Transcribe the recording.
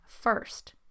first